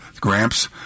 Gramps